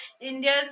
India's